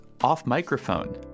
off-microphone